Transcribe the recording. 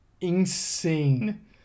insane